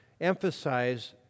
emphasize